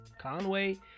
Conway